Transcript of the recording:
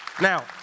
Now